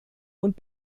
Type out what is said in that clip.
und